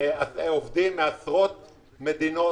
מארגן תיירות מעסיק עובדים מעשרות מדינות,